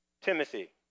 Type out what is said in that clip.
Timothy